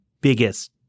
biggest